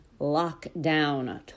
lockdown